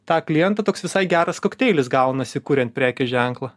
tą klientą toks visai geras kokteilis gaunasi kurian prekės ženklą